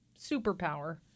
superpower